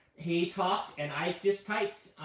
he talked, and i just typed.